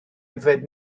yfed